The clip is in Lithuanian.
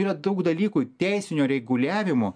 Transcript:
yra daug dalykų teisinio reguliavimo